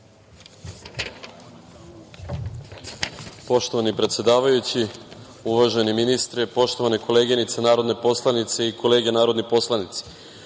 Poštovani predsedavajući, uvaženi ministre, poštovane koleginice narodne poslanice i kolege narodni poslanici,